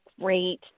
great